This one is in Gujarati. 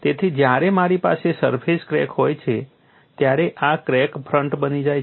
તેથી જ્યારે મારી પાસે સરફેસ ક્રેક હોય છે ત્યારે આ ક્રેક ફ્રન્ટ બની જાય છે